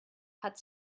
hat